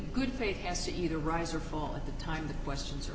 good faith has to either rise or fall at the time the questions